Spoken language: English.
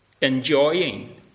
enjoying